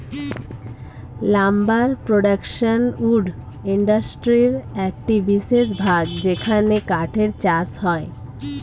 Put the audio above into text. lumber production wood ইন্ডাস্ট্রির একটি বিশেষ ভাগ যেখানে কাঠের চাষ হয়